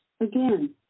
Again